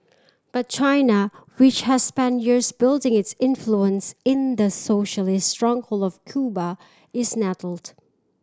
but China which has spent years building its influence in the socialist stronghold of Cuba is nettled